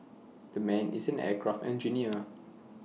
the man is an aircraft engineer